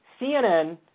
CNN